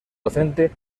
docente